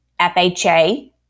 FHA